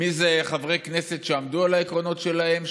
מיהם חברי הכנסת שעמדו על העקרונות שלהם,